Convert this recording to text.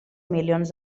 milions